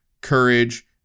courage